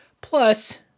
Plus